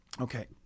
Okay